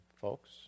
folks